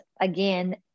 again